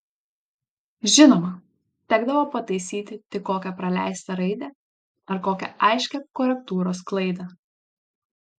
žinoma tekdavo pataisyti tik kokią praleistą raidę ar kokią aiškią korektūros klaidą